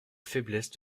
faiblesse